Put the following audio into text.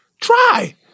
Try